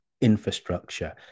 infrastructure